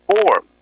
four